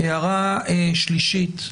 הערה שלישית.